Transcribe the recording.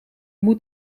moet